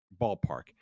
ballpark